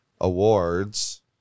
awards